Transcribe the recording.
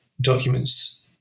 documents